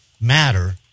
matter